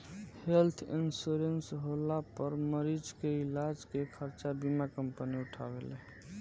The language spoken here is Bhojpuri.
हेल्थ इंश्योरेंस होला पर मरीज के इलाज के खर्चा बीमा कंपनी उठावेले